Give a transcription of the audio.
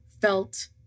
felt